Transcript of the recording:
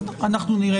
אנחנו נראה.